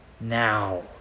now